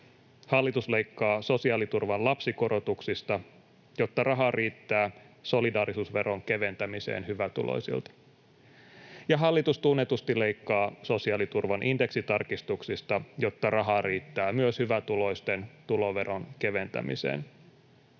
Hallitus leikkaa sosiaaliturvan lapsikorotuksista, jotta rahaa riittää solidaarisuusveron keventämiseen hyvätuloisilta. Ja hallitus tunnetusti leikkaa sosiaaliturvan indeksitarkistuksista, jotta rahaa riittää myös hyvätuloisten tuloveron keventämiseen.